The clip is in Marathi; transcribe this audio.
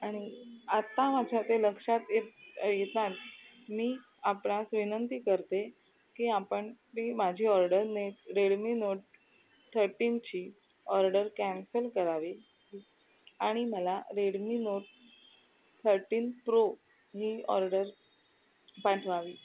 आणि आत्ता माझ्या ते लक्षात येत येताच मी आपणास विनंती करते की आपण मी माझी ऑर्डरने रेडमी नोट थर्टीनची ऑर्डर कॅन्सल करावी आणि मला रेडमी नोट थर्टीन प्रो ही ऑर्डर पाठवावी